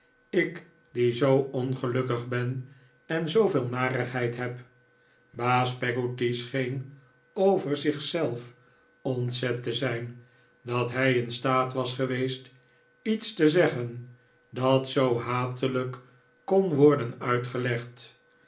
ik die zoo ongelukkig ben en zooveel narigheid heb baas peggotty scheen over zich zelf ontzet te zijn dat hij in staat was geweest iets te zeggen dat zoo hatelijk kon worden uitgelegd